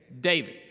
David